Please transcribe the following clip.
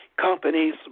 companies